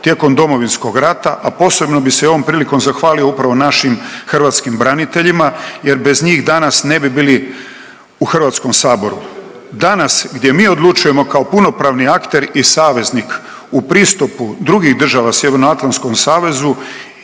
tijekom Domovinskog rata, a posebno bi se i ovom prilikom zahvalio upravo našim hrvatskim braniteljima jer bez njih danas ne bi bili u Hrvatskom saboru. Danas gdje mi odlučujemo kao puno pravni akter i saveznik u pristupu drugih država Sjevernoatlantskom savezu